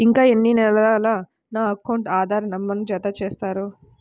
ఇంకా ఎన్ని నెలలక నా అకౌంట్కు ఆధార్ నంబర్ను జత చేస్తారు?